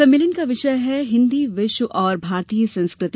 सम्मेलन का विषय है हिन्दी विश्व और भारतीय संस्कृति